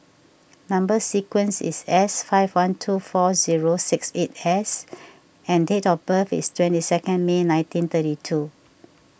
Number Sequence is S five one two four zero six eight S and date of birth is twenty second May nineteen thirty two